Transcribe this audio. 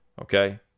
okay